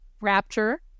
rapture